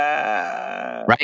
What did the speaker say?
Right